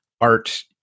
art